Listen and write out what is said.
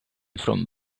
from